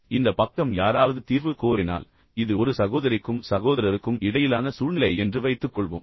இப்போது இந்த பக்கம் யாராவது தீர்வு கோரினால் இது ஒரு சகோதரிக்கும் சகோதரருக்கும் இடையிலான சூழ்நிலை என்று வைத்துக்கொள்வோம்